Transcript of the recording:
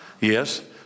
Yes